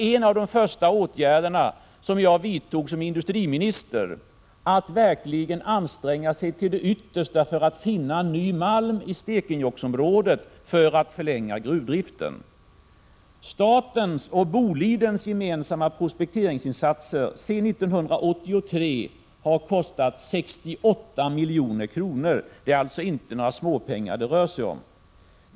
En av de första åtgärder jag vidtog som industriminister var att se till att man verkligen ansträngde sig till det yttersta för att finna ny malm i Stekenjokksområdet så att gruvdriften kunde förlängas. Statens och Bolidens gemensamma prospekteringsinsatser sedan 1983 har kostat 68 milj.kr. — det rör sig alltså inte om några småpengar.